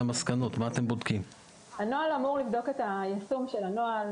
המחקר אמור לבדוק את יישום הנוהל,